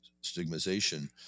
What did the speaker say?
stigmatization